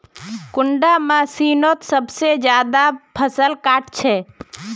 कुंडा मशीनोत सबसे ज्यादा फसल काट छै?